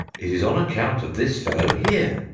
it is on account of this fellow here.